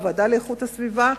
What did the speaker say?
הוועדה לאיכות הסביבה,